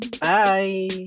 Bye